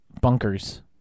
bunkers